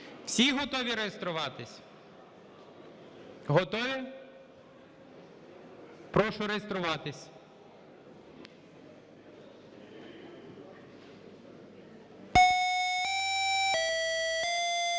Всі готові реєструватись? Готові? Прошу реєструватись.